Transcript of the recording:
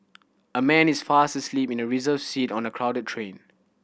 a man is fast asleep in a reserved seat on a crowded train